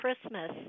christmas